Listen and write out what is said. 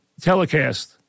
telecast